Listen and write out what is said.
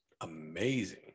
amazing